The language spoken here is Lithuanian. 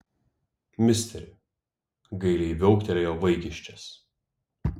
misteri gailiai viauktelėjo vaikiščias